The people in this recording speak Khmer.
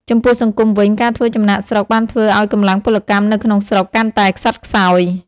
ចំពោះសង្គមវិញ ការធ្វើចំណាកស្រុកបានធ្វើឱ្យកម្លាំងពលកម្មនៅក្នុងស្រុកកាន់តែខ្សត់ខ្សោយ។